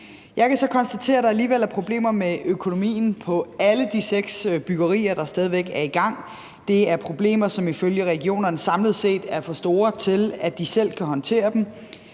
Jeg kan så konstatere, at der alligevel er problemer med økonomien ved alle de seks byggerier, der stadig væk er i gang, og det er problemer, som ifølge regionerne samlet set er for store til, at de selv kan håndtere dem.